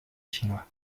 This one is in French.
chinois